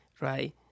right